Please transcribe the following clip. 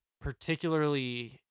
particularly